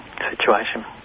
situation